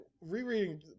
rereading